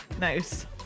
Nice